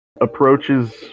approaches